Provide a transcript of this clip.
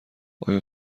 آیا